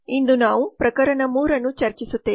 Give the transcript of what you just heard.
ಇಂದು ನಾವು ಪ್ರಕರಣ 3 ಅನ್ನು ಚರ್ಚಿಸುತ್ತೇವೆ